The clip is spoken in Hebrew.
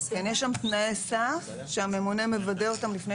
יש שם תנאי סף שהממונה מוודא אותם לפני